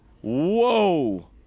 Whoa